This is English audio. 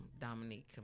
Dominique